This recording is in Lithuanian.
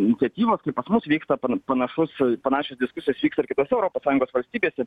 iniciatyvos kaip pas mus vyksta panašus panašios diskusijos vyksta ir kitose europos sąjungos valstybėse